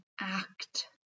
act